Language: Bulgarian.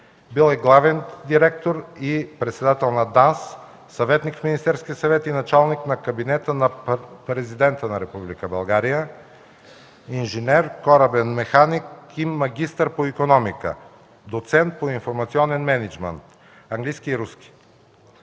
бил е главен директор и председател на ДАНС; съветник в Министерския съвет и началник на Кабинета на президента на Република България; инженер, корабен механик и магистър по икономика; доцент по „Информационен мениджмънт”; английски и руски. -